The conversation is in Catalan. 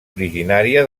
originària